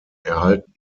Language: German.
erhalten